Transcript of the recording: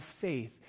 faith